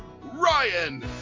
Ryan